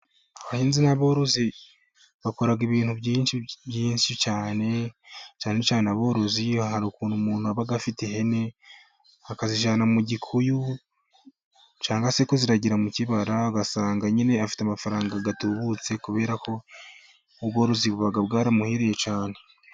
Abahinzi n'aborozi bakora ibintu byinshi cyane, cyane cyane aborozi hari ukuntu umuntu wabaga afite ihene akazijyana mu gikuyu cyangwa se kuziragira mu kibara, agasanga nyine afite amafaranga atubutse kubera ko ubworozi buba bwaramuhiriye cyane.